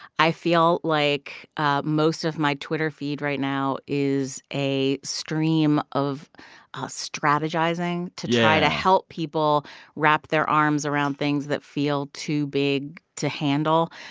i feel like most of my twitter feed right now is a stream of strategizing. yeah. to try to help people wrap their arms around things that feel too big to handle.